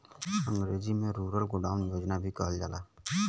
अंग्रेजी में rural godown योजना भी कहल जाला